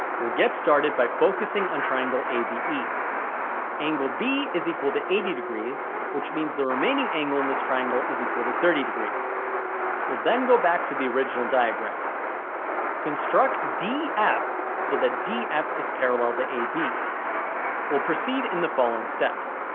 we'll get started by focusing on triangle abe angle b is equal to eighty degrees which means the remaining angle in this triangle is equal to thirty degrees we'll then go back to the original diagram construct df so that df is parallel to ab we'll proceed in the following steps.